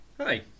Hi